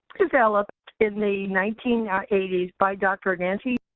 developed in the nineteen eighty s by dr. nancy